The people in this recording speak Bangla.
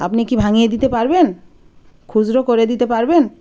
আপনি কি ভাঙিয়ে দিতে পারবেন খুচরো করে দিতে পারবেন